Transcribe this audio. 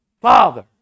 Father